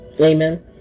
Amen